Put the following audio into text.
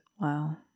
Wow